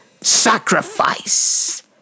Sacrifice